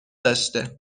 داشته